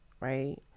right